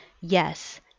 Yes